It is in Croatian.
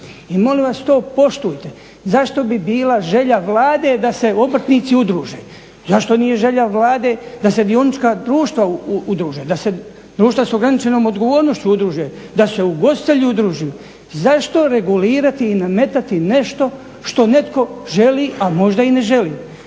I molim vas to poštujte. Zašto bi bila želja Vlade da se obrtnici udruže? Zašto nije želja Vlade da se dionička društva udruže, da se društva sa ograničenom odgovornošću udruže, da se ugostitelji udruže. Zašto regulirati i nametati nešto što netko želi, a možda i ne želi.